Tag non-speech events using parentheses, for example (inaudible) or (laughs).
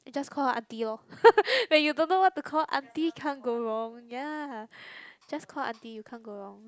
just call her aunty lor (laughs) like you don't know what to call aunty can't go wrong ya just call aunty you can't go wrong